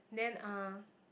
then uh